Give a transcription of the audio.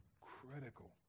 critical